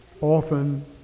often